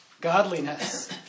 godliness